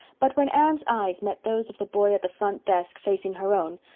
but when anne's eyes met those of the boy at the front desk facing her own,